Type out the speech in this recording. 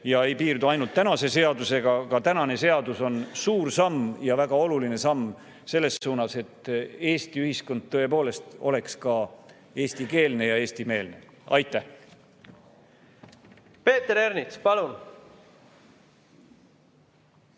ega piirdu ainult tänase seadusega. Aga tänane seadus on suur samm ja väga oluline samm selles suunas, et Eesti ühiskond tõepoolest oleks ka eestikeelne ja eestimeelne. Aitäh! Hea meel on